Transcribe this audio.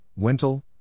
Wintel